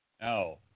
No